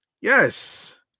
yes